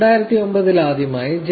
2009 ൽ ആദ്യമായി ജെ